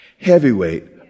heavyweight